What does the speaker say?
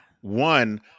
one